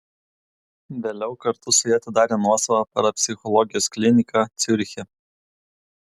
vėliau kartu su ja atidarė nuosavą parapsichologijos kliniką ciuriche